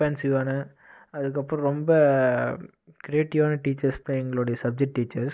எக்ஸ்பென்சிவான அதுக்கப்புறம் ரொம்ப க்ரியேட்டிவான டீச்சர்ஸ் தான் எங்களோடைய சப்ஜெக்ட் டீச்சர்ஸ்